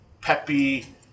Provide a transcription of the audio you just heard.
peppy